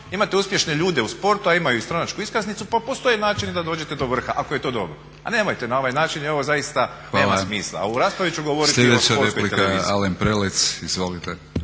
imate uspješne ljude u sportu a imaju stranačku iskaznicu pa postoje načini da dođete do vrha ako je to dobro. A nemojte na ovaj način jer ovo zaista nema smisla. A u raspravi ću govoriti o Sportskoj televiziji.